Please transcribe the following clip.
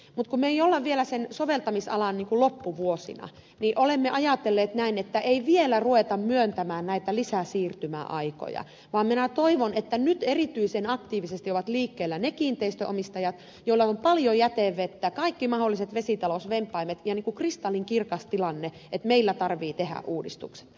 mutta kun me emme ole vielä sen soveltamisalan loppuvuosissa niin olemme ajatelleet näin että ei vielä ruveta myöntämään näitä lisäsiirtymäaikoja vaan minä toivon että nyt erityisen aktiivisesti ovat liikkeellä ne kiinteistönomistajat joilla on paljon jätevettä kaikki mahdolliset vesitalousvempaimet ja kristallinkirkas tilanne että meillä tarvitsee tehdä uudistuksia